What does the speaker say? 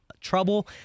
trouble